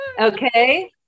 Okay